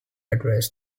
address